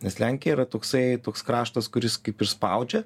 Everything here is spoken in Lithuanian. nes lenkija yra toksai toks kraštas kuris kaip ir spaudžia